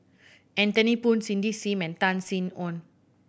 Anthony Poon Cindy Sim and Tan Sin Aun